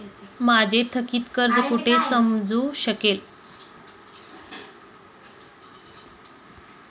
माझे थकीत कर्ज कुठे समजू शकेल?